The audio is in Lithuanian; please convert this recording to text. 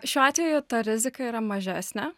šiuo atveju ta rizika yra mažesnė